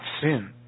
sin